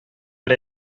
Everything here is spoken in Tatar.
бер